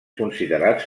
considerats